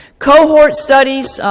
cohort studies.